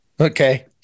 Okay